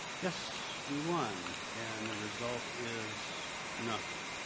yes, we won, and the result is, nothing.